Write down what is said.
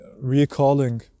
recalling